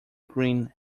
green